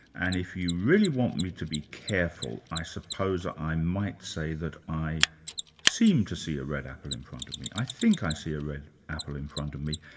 and if you really want me to be careful, i suppose i might say that i seem to see a red apple in front of me, i think i see a red apple in front of me.